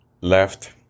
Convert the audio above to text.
left